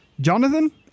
Jonathan